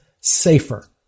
safer